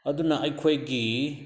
ꯑꯗꯨꯅ ꯑꯩꯈꯣꯏꯒꯤ